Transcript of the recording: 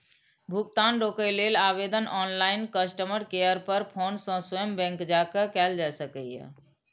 भुगतान रोकै लेल आवेदन ऑनलाइन, कस्टमर केयर पर फोन सं स्वयं बैंक जाके कैल जा सकैए